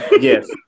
yes